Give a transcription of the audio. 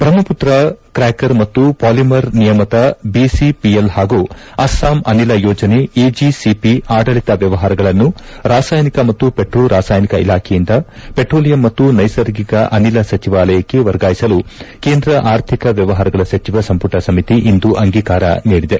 ಬ್ರಹ್ನಪುತ್ರಾ ಕ್ರ್ತ್ವಕರ್ ಮತ್ತು ಪಾಲಿಮರ್ ನಿಯಮಿತ ಬಿಸಿಪಿಎಲ್ ಹಾಗೂ ಅಸ್ಲಾಂ ಅನಿಲ ಯೋಜನೆ ಎಜಿಸಿಪಿ ಆಡಳಿತ ವ್ಯವಹಾರಗಳನ್ನು ರಾಸಾಯನಿಕ ಮತ್ತು ಪೆಟ್ರೋ ರಾಸಾಯನಿಕ ಇಲಾಖೆಯಿಂದ ಪೆಟ್ರೋಲಿಯಂ ಮತ್ತು ನೈಸರ್ಗಿಕ ಅನಿಲ ಸಚಿವಾಲಯಕ್ಕೆ ವರ್ಗಾಯಿಸಲು ಕೇಂದ್ರ ಅರ್ಥಿಕ ವ್ಹವಹಾರಗಳ ಸಚಿವ ಸಂಪುಟ ಸಮಿತಿ ಇಂದು ಅಂಗೀಕಾರ ನೀಡಿದೆ